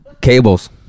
Cables